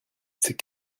c’est